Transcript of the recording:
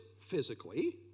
physically